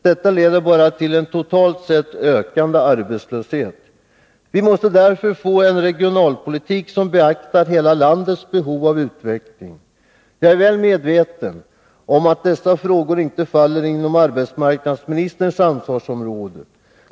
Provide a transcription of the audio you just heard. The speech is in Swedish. Detta leder bara till en totalt sett ökande arbetslöshet. Vi måste därför få en regionalpolitik sombeaktar hela landets behov av utveckling. Jag är väl medveten om att dessa frågor inte faller inom arbetsmarknadsministerns ansvarsområde.